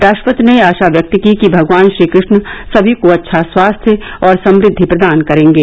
राष्ट्रपति ने आशा व्यक्त की कि भगवान श्रीकृष्ण सभी को अच्छा स्वास्थ्य और समृद्वि प्रदान करेंगे